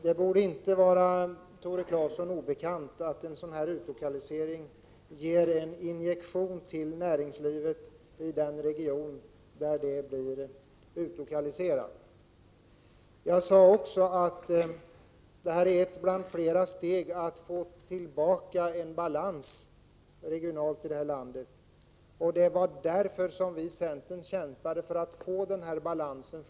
Det borde inte vara Tore Claeson obekant att en utlokalisering ger en injektion till näringslivet i den region där verket placeras. Jag sade också att det här är ett av flera steg som vi måste gå för att få tillbaka regional balans här i landet. Vi i centern kämpar för att åstadkomma en sådan balans.